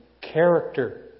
character